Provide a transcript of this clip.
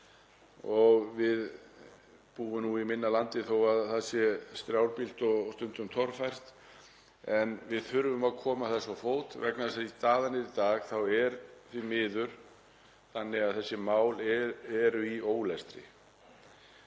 Við búum nú í minna landi þó að það sé strjálbýlt og stundum torfært, en við þurfum að koma þessu á fót vegna þess að eins og staðan er í dag er það því miður þannig að þessi mál eru í ólestri.